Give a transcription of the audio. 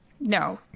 no